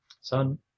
Son